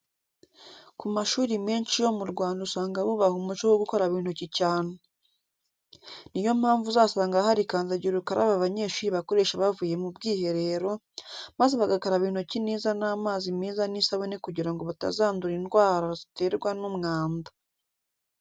Ku mashuri menshi yo mu Rwanda usanga bubaha umuco wo gukaraba intoki cyane. Niyo mpamvu uzasanga hari kandagira ukarabe abanyeshuri bakoresha bavuye mu bwiherero, maze bagakaraba intoki neza n'amazi meza n'isabune kugira ngo batazandura indwarwa ziterwa n'umwanda.